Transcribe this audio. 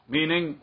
Meaning